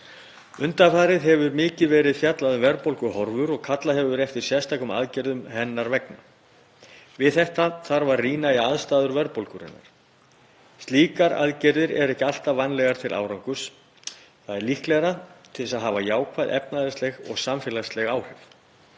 Undanfarið hefur mikið verið fjallað um verðbólguhorfur og kallað hefur verið eftir sérstökum aðgerðum hennar vegna. Við þetta þarf að rýna í ástæður verðbólgunnar. Slíkar aðgerðir eru ekki alltaf vænlegar til árangurs. Það er líklegra til að hafa jákvæð efnahagsleg og samfélagsleg áhrif.